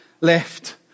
left